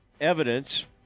evidence